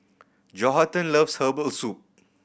Johathan loves herbal soup